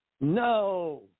No